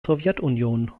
sowjetunion